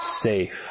safe